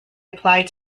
applied